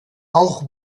auch